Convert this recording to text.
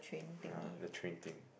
ya the train thing